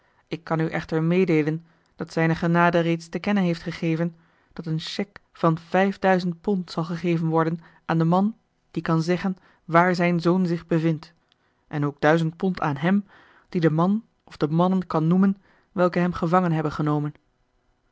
ik kan u echter meedeelen dat zijne genade reeds te kennen heeft gegeven dat een chèque van vijf duizend pond zal gegeven worden aan den man die kan zeggen waar zijn zoon zich bevindt en ook duizend pond aan hem die den man of de mannen kan noemen welke hem gevangen hebben genomen